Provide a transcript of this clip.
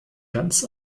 ganz